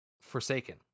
Forsaken